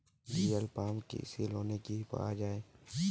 Diesel pump কৃষি লোনে কি পাওয়া য়ায়?